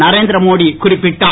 நரேந்திர மோடி குறிப்பிட்டார்